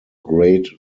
great